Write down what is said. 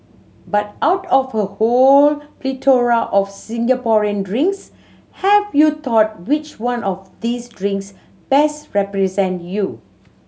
but out of a whole plethora of Singaporean drinks have you thought which one of these drinks best represent you